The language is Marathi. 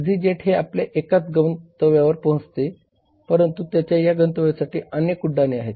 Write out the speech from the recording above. ईझी जेट हे आपल्याला एकाच गंतव्यावर पोहचवते परंतु त्याच्या या गंतव्यासाठी अनेक उड्डाणे आहेत